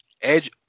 Edge